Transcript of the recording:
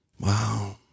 Wow